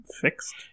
fixed